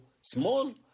small